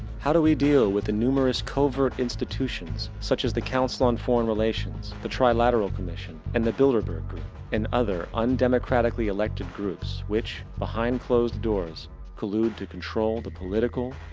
how do we deal with the numerous covert institutions, such as the council on foreign relations, the trilateral commission and the bilderberg group and the other undemocratically elected groups which behind closed doors collude to control the political,